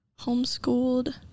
homeschooled